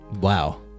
Wow